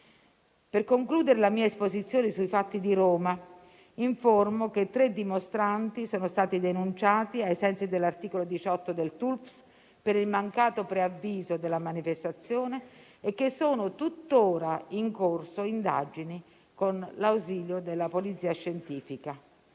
Per concludere la mia esposizione sui fatti di Roma, informo che tre dimostranti sono stati denunciati, ai sensi dell'articolo 18 del testo unico di pubblica sicurezza (TUPS), per il mancato preavviso della manifestazione e che sono tutt'ora in corso indagini con l'ausilio della Polizia scientifica.